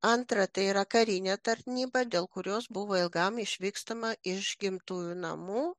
antra tai yra karinė tarnyba dėl kurios buvo ilgam išvykstama iš gimtųjų namų